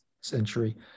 century